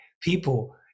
people